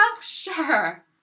Sure